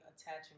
attaching